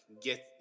get